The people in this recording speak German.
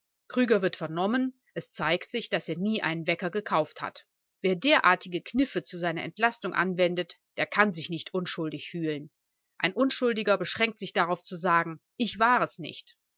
krüger wird vernommen es zeigt sich daß er nie einen wecker gekauft hat wer derartige kniffe zu seiner entlastung anwendet der kann sich nicht unschuldig fühlen ein unschuldiger beschränkt sich darauf zu sagen ich war es nicht